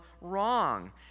wrong